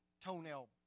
toenail